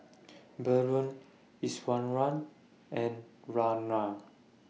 Bellur Iswaran and Ramnath